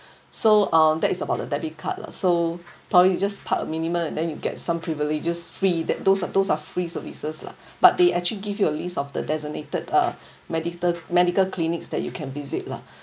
so um that is about the debit card lah so probably you just park a minimum and then you get some privileges free that those are those are free services lah but they actually give you a list of the designated uh medical medical clinics that you can visit lah